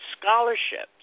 scholarships